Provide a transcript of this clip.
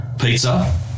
Pizza